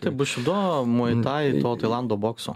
taip bušido muay tai to tailando bokso